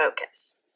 focus